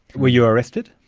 were you arrested?